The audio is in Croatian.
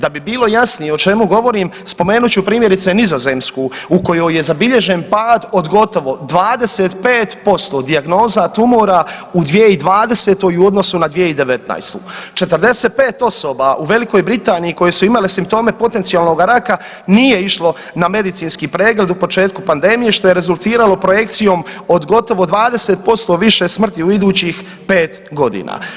Da bi bilo jasnije o čemu govorim spomenut ću primjerice Nizozemsku u kojoj je zabilježen pad od gotovo 25% dijagnoza tumora u 2020. u odnosu na 2019., 45 osoba u Velikoj Britaniji koji su imali simptome potencijalnoga raka nije išlo na medicinski pregled u početku pandemije što je rezultiralo projekcijom od gotovo 20% više smrti u idućih pet godina.